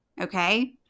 Okay